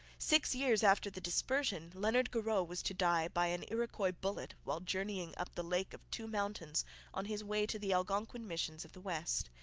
six years after the dispersion leonard garreau was to die by an iroquois bullet while journeying up the lake of two mountains on his way to the algonquin missions of the west.